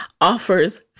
offers